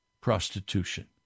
prostitution